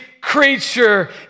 creature